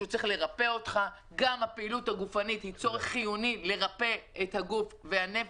גם הפעילות הגופנית היא צורך חיוני בריפוי הגוף והנפש.